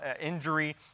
injury